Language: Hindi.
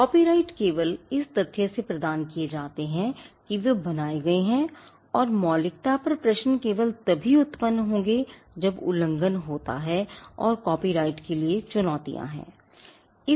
कॉपीराइट केवल इस तथ्य से प्रदान किए जाते हैं कि वे बनाए गए हैं और मौलिकता पर प्रश्न केवल तभी उत्पन्न होंगे जब उल्लंघन होता है और कॉपीराइट के लिए चुनौतियां हैं